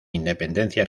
independencia